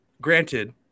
Granted